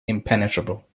impenetrable